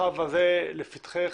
חוה, זה לפתחך.